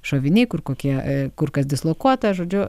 šoviniai kur kokie kur kas dislokuota žodžiu